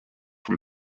from